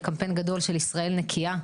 לקמפיין גדול של ישראל נקייה.